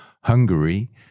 Hungary